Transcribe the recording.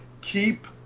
keep